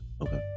okay